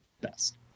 best